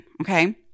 Okay